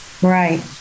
right